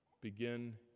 Begin